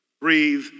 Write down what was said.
breathe